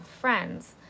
friends